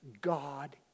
God